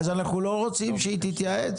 אז אנחנו לא רוצים שהיא תתייעץ?